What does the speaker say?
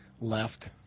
left